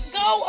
go